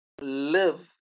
live